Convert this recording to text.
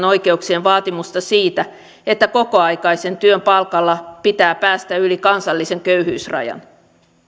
oikeuksien komitean vaatimusta siitä että kokoaikaisen työn palkalla pitää päästä yli kansallisen köyhyysrajan